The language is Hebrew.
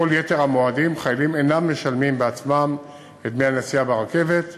בכל יתר המועדים חיילים אינם משלמים בעצמם את דמי הנסיעה ברכבת,